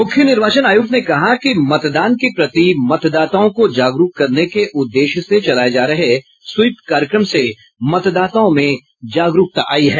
मुख्य निर्वाचन आयुक्त ने कहा कि मतदान के प्रति मतदाताओं को जागरूक करने के उद्देश्य से चलाये जा रहे स्वीप कार्यक्रम से मतदाताओं में जागरूकता आई है